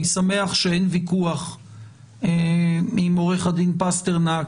אני שמח שאין ויכוח עם עורך הדין פסטרנק